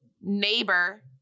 neighbor